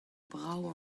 brav